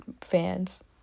fans